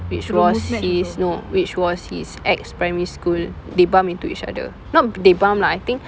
which was his no which was his ex primary school they bump into each other not they bump lah I think